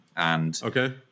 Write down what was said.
okay